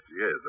yes